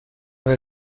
del